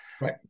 right